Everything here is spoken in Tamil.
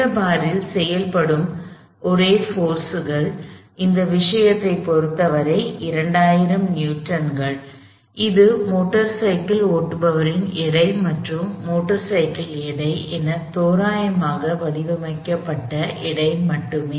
இந்தப் பாரில் செயல்படும் ஒரே போர்ஸ்கள் இந்தச் விஷயத்தை பொறுத்தவரை 2000 நியூட்டன்கள் இது மோட்டார் சைக்கிள் ஓட்டுபவரின் எடை மற்றும் மோட்டார் சைக்கிள் எடை என தோராயமாக வடிவமைக்கப்பட்ட எடை மட்டுமே